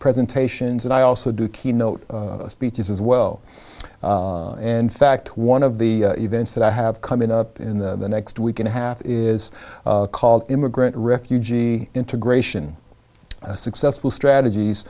presentations and i also do keynote speeches as well and fact one of the events that i have coming up in the next week and a half is called immigrant refugee integration successful strategies